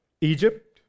Egypt